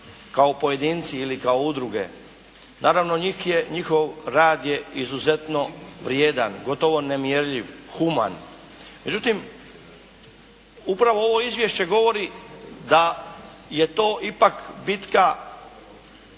kao pojedinci ili kao udruge naravno njih je, njihov rad je izuzetno vrijedan, gotovo nemjerljiv, human. Međutim upravo ovo izvješće govori da je to ipak bitka